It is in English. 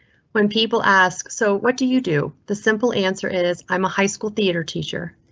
when people ask. so what do you do? the simple answer is i'm a high school theatre teacher.